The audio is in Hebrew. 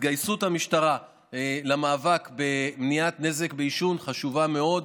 התגייסות המשטרה למאבק במניעת נזק בעישון חשובה מאוד,